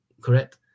correct